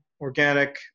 organic